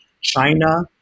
China